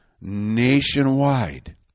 nationwide